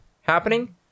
happening